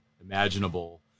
imaginable